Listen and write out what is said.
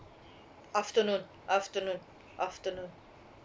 afternoon afternoon afternoon